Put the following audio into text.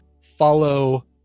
follow